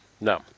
No